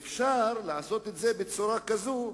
אפשר לעשות את זה בצורה כזאת,